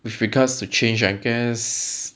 with regards to change I guess